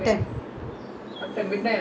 you all go and watch movie ah so late